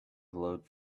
glowed